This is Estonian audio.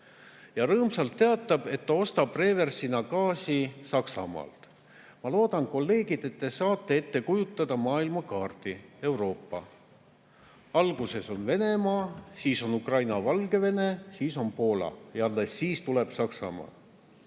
ja rõõmsalt teatab, et ta ostab reversina gaasi Saksamaalt. Ma loodan, kolleegid, et te suudate ette kujutada Euroopa kaarti. Alguses on Venemaa, siis on Ukraina ja Valgevene, siis on Poola ja alles siis tuleb Saksamaa.